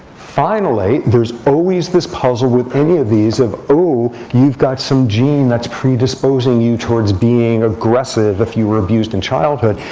finally, there's always this puzzle with any of these of, oh, you've got some gene that's predisposing you towards being aggressive if you were abused in childhood.